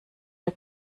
der